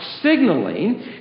signaling